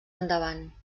endavant